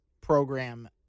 program